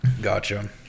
Gotcha